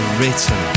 written